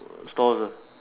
stores ah